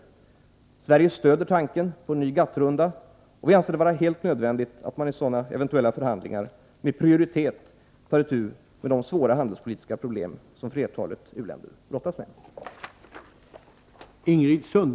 Sverige stöder tanken på en ny GATT-runda, och vi anser det vara helt nödvändigt att man i sådana eventuella förhandlingar med prioritet tar itu med de svåra handelspolitiska problem flertalet u-länder brottas med.